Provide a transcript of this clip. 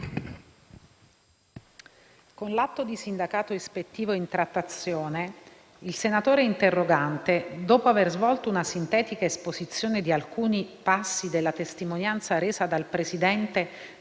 con l’atto di sindacato ispettivo in trattazione, il senatore interrogante, dopo aver svolto una sintetica esposizione di alcuni passi della testimonianza resa dal presidente